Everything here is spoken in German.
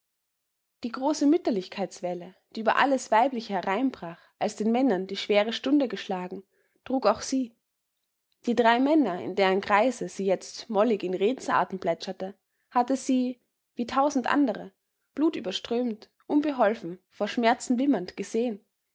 die große mütterlichkeitswelle die über alles weibliche hereinbrach als den männem die schwere stunde geschlagen trug auch sie die drei männer in deren kreise sie jetzt mollig in redensarten plätscherte hatte sie wie tausend andere blutüberströmt unbeholfen vor schmerzen wimmernd gesehen